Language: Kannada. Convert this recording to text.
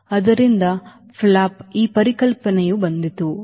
ಆದ್ದರಿಂದ ಫ್ಲಾಪ್ನ ಈ ಪರಿಕಲ್ಪನೆಯು ಬಂದಿತು